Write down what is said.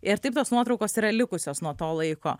ir taip tos nuotraukos yra likusios nuo to laiko